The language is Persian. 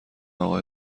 اقا